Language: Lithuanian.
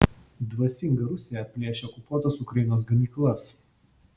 dvasinga rusija plėšia okupuotos ukrainos gamyklas